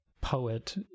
poet